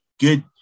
good